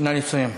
נא לסיים.